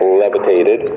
levitated